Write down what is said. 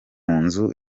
nzu